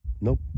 Nope